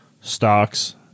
stocks